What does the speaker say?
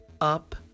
up